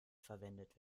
verwendet